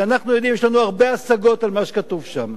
שאנחנו יודעים, יש לנו הרבה השגות על מה שכתוב שם,